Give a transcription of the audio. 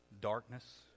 darkness